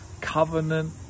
covenant